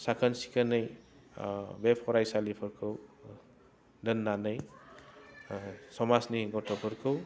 साखोन सिखोनै बे फराइसालिफोरखौ दोननानै समाजनि गथ'फोरखौ